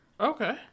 Okay